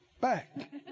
back